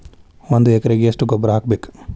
ಒಂದ್ ಎಕರೆಗೆ ಎಷ್ಟ ಗೊಬ್ಬರ ಹಾಕ್ಬೇಕ್?